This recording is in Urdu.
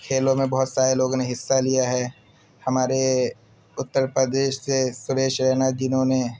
کھیلوں میں بہت سارے لوگوں نے حصہ لیا ہے ہمارے اُتّر پردیش سے سریش رینا جنہوں نے